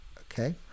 Okay